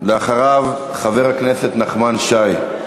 אחריו, חבר הכנסת נחמן שי.